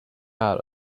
out